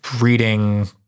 reading